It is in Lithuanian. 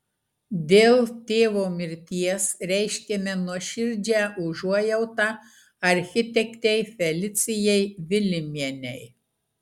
dėl tėvo mirties reiškiame nuoširdžią užuojautą architektei felicijai vilimienei